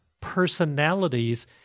personalities –